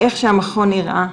איך שהמקום נראה,